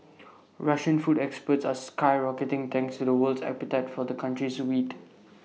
Russian food exports are skyrocketing thanks to the world's appetite for the country's wheat